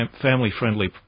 family-friendly